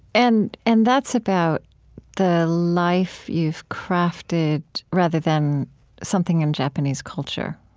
and and that's about the life you've crafted, rather than something in japanese culture,